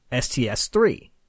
STS-3